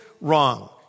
wrong